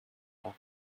are